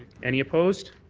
any opposed?